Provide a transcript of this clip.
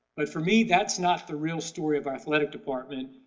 but for me that's not the real story of our athletic department.